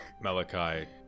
Malachi